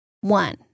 One